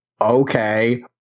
okay